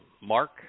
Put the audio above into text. Mark